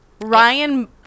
ryan